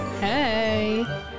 Hey